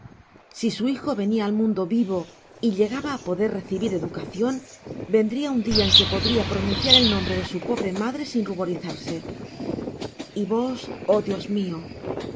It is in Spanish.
si su hijo venia al mundo vivo y lle gaba á poder reábir educacion vendría un dia en que podría pro nunciar el nombre de su pobre madre sin ruborizarse y vos oh dios mio